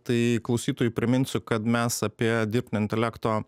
tai klausytojų priminsiu kad mes apie dirbtinio intelekto